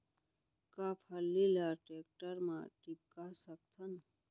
का फल्ली ल टेकटर म टिपका सकथन?